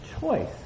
choice